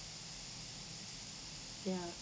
ya